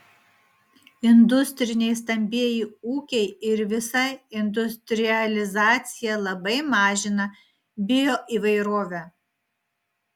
industriniai stambieji ūkiai ir visa industrializacija labai mažina bioįvairovę